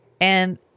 And-